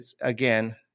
again